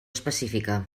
específica